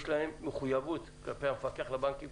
יש להם מחויבות כלפי המפקח על הבנקים,